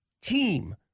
team